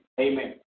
Amen